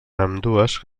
ambdues